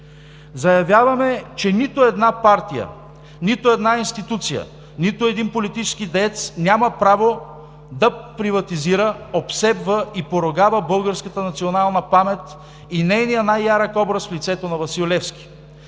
Заявяваме, че нито една партия, нито една институция, нито един политически деец няма право да приватизира, обсебва и поругава българската национална памет и нейния най-ярък образ в лицето на Васил Левски!